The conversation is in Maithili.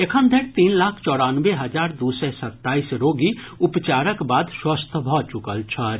एखन धरि तीन लाख चौरानवे हजार दू सय सत्ताईस रोगी उपचारक बाद स्वस्थ भऽ चुकल छथि